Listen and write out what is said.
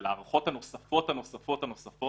של ההארכות הנוספות הנוספות הנוספות.